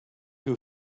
who